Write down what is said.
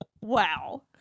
Wow